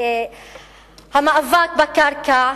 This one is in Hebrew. שהמאבק על הקרקע